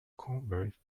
convert